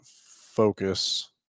focus